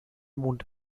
mond